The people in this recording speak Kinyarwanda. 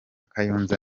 kayonza